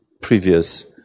previous